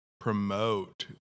promote